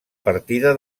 partida